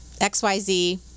XYZ